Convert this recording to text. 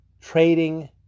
trading